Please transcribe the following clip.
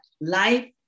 life